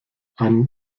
ein